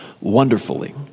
Wonderfully